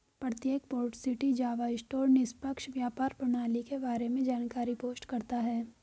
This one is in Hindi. प्रत्येक पोर्ट सिटी जावा स्टोर निष्पक्ष व्यापार प्रणाली के बारे में जानकारी पोस्ट करता है